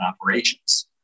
operations